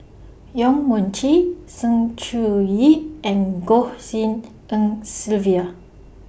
Yong Mun Chee Sng Choon Yee and Goh Tshin En Sylvia